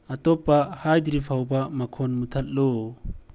ꯑꯇꯣꯞꯄ ꯍꯥꯏꯗ꯭ꯔꯤ ꯐꯥꯎꯕ ꯃꯈꯣꯟ ꯃꯨꯠꯊꯠꯂꯨ